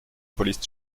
police